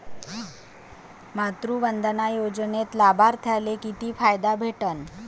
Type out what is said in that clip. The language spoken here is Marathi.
मातृवंदना योजनेत लाभार्थ्याले किती फायदा भेटन?